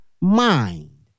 mind